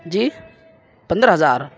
جی پندرہ ہزار